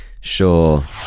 Sure